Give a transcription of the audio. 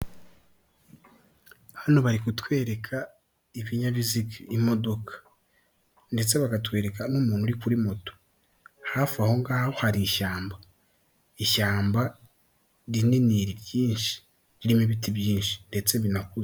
Hano bari kutwereka ibinyabiziga imodoka, ndetse bakatwereka n'umuntu uri kuri moto, hafi aho ngaho hari ishyamba, ishyamba rinini ryinshi ririmo ibiti byinshi ndetse binakuze.